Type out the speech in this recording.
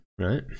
right